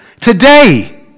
today